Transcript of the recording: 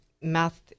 math